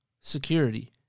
security